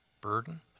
Burden